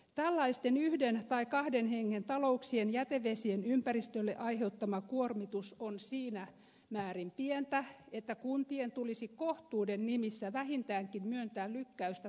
tällaisten yhden tai kahden hengen talouksien jätevesien ympäristölle aiheuttama kuormitus on siinä määrin pientä että kuntien tulisi kohtuuden nimissä vähintäänkin myöntää lykkäystä talousjätevedenpuhdistuslaitteiden hankkimiseen